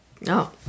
No